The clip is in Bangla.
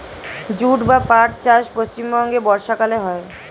জুট বা পাট চাষ পশ্চিমবঙ্গে বর্ষাকালে হয়